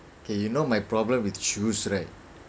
okay you know my problem with shoes right